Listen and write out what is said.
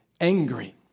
angry